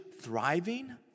thriving